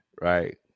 right